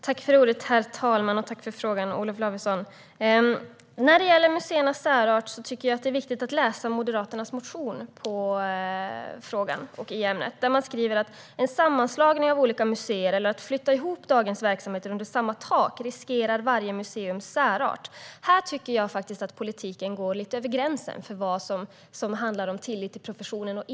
Herr talman! Tack, Olof Lavesson, för frågan! När det gäller museernas särart är det viktigt att läsa Moderaternas motion i ämnet. Där skriver man att en sammanslagning av olika museer eller att flytta ihop dagens verksamheter under samma tak riskerar varje museums särart. Här tycker jag faktiskt att politiken går lite över gränsen för vad som handlar om tillit till professionen.